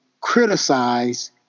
criticize